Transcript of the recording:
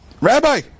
rabbi